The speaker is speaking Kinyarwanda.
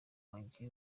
wanjye